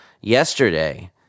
yesterday